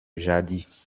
jadis